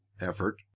effort